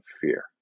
fear